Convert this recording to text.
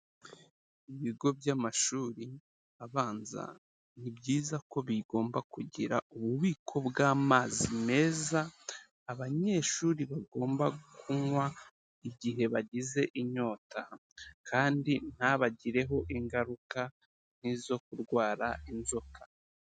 Ibigo by'amashuri abanza, ni byiza ko bigomba kugira ububiko bw'amazi meza, abanyeshuri bagomba kunywa, igihe bagize inyota kandi ntabagireho ingaruka nk'izo kurwara inzoka.